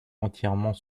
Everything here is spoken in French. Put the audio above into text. entièrement